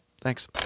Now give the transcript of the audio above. Thanks